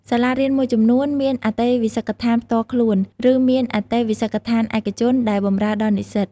សាលារៀនមួយចំនួនមានអន្តេវាសិកដ្ឋានផ្ទាល់ខ្លួន ឬមានអន្តេវាសិកដ្ឋានឯកជនដែលបម្រើដល់និស្សិត។